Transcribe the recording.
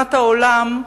שמבחינת העולם,